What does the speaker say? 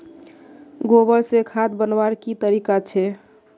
गोबर से खाद बनवार की तरीका छे?